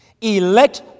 elect